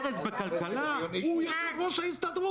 לכונן ממשלה אחרי שתקופה ארוכה יש ממשלת רציפות